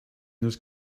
those